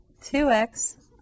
2x